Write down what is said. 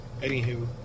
Anywho